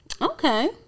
Okay